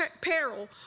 peril